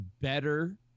better